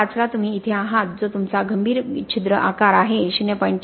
५ ला तुम्ही इथे आहात जो तुमचा गंभीर छिद्र आकार आहे ०